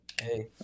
hey